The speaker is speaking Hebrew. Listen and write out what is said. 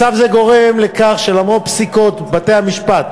מצב זה גורם לכך שלמרות פסיקות בתי-המשפט